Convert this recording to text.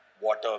water